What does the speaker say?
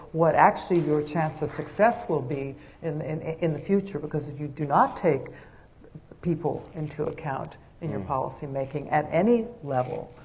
what actually your chance of success will be in in the future. because if you do not take people into account in your policymaking at any level.